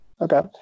Okay